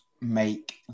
make